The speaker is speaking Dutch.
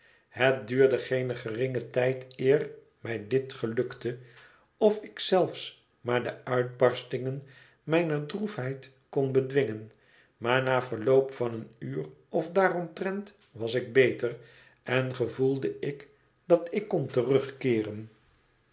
het duurde geen geringen tijd eer mij dit gelukte of ik zelfs maar de uitbarstingen mijner droefheid kon bedwingen maar na verloop van een uur of daaromtrent was ik beter en gevoelde ik dat ik kon terugkeeren